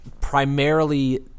Primarily